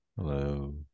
Hello